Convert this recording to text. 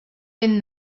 been